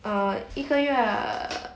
uh 一个月